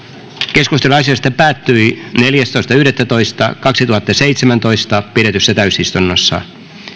keskustelu asiasta päättyi neljästoista yhdettätoista kaksituhattaseitsemäntoista pidetyssä täysistunnossa